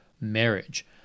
marriage